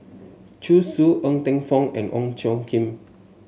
Zhu Xu Ng Teng Fong and Ong Tjoe Kim